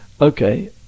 okay